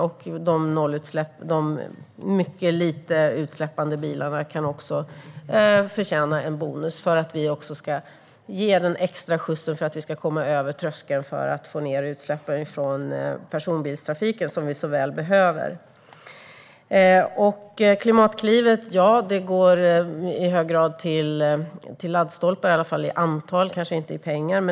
Bilarna med mycket låga utsläpp kan också förtjäna en bonus för att vi ska ge den extra skjutsen och komma över tröskeln till att få ned utsläppen från personbilstrafiken, vilket vi så väl behöver. Klimatklivet går i hög grad till laddstolpar - i alla fall i antal, men kanske inte i pengar.